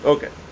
Okay